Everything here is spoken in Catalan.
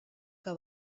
que